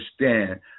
understand